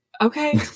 okay